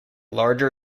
larger